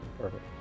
perfect